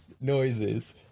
noises